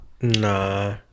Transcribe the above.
Nah